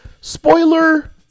spoiler